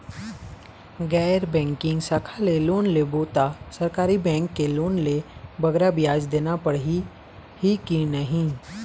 गैर बैंकिंग शाखा ले लोन लेबो ता सरकारी बैंक के लोन ले बगरा ब्याज देना पड़ही ही कि नहीं?